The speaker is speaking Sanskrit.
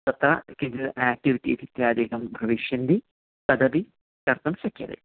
तत्र किञ्चित् आक्टिविटीस् इत्यादिकं भविष्यन्ति तदपि कर्तुं शक्यते